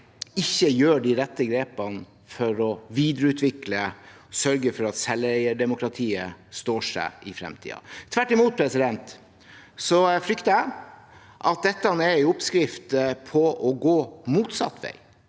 ikke gjør de rette grepene for å videreutvikle, for å sørge for at selveierdemokratiet står seg i fremtiden. Tvert imot frykter jeg at dette er en oppskrift på å gå motsatt vei,